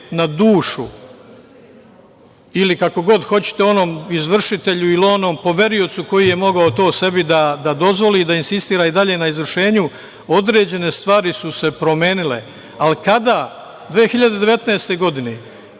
na dušu ili kako god hoćete, onom izvršitelju ili onom poveriocu koji je mogao to sebi da dozvoli i da insistira i dalje na izvršenju. Određene stvari su se promenile. Ali kada? Godine